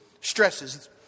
stresses